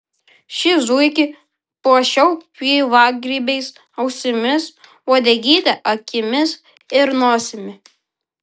šį zuikį puošiau pievagrybiais ausimis uodegyte akimis ir nosimi